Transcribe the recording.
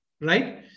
right